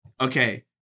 Okay